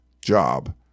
job